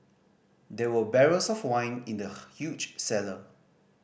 there were barrels of wine in the huge cellar